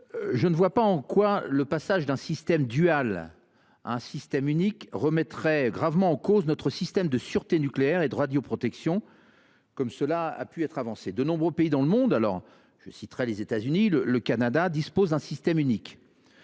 Je ne vois pas en quoi le passage d’un système dual à un système unique remettrait gravement en cause notre système de sûreté nucléaire et de radioprotection, comme cela a été avancé. De nombreux pays dans le monde – les États Unis ou le Canada, par exemple – disposent d’un système unique